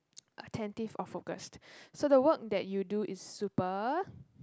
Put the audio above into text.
attentive or focused so the work that you do is super